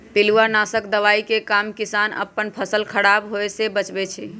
पिलुआ नाशक दवाइ के काम किसान अप्पन फसल ख़राप होय् से बचबै छइ